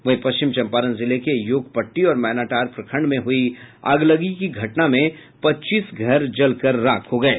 वहीं पश्चिम चंपारण जिले के योगपट्टी और मैनाटांड़ प्रखंड में हुई अगलगी की घटना में पच्चीस घर जल कर राख हो गये